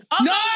No